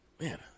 Man